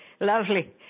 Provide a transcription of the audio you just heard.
Lovely